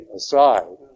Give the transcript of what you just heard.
aside